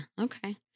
Okay